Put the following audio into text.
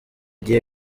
gihe